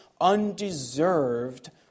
undeserved